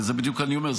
ובדיוק אני אומר,